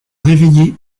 réveillé